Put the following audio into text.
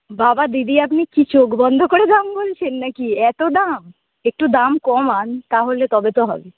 বাবা দিদি আপনি কি চোখ বন্ধ করে দাম বলছেন না কি এত দাম একটু দাম কমান তাহলে তবে তো হবে